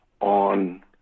on